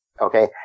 okay